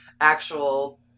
actual